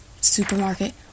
supermarket